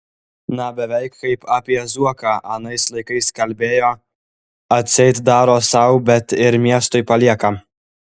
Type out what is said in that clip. na beveik kaip apie zuoką anais laikais kalbėjo atseit daro sau bet ir miestui palieka